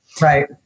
Right